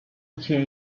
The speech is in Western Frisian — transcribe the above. tsjin